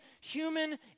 human